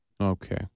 Okay